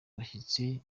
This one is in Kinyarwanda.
bashyitsi